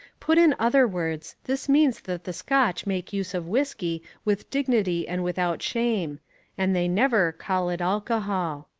put in other words this means that the scotch make use of whiskey with dignity and without shame and they never call it alcohol.